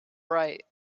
right